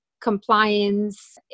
compliance